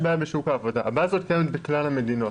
הבעיה הזו קיימת בכלל המדינות.